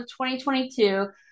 2022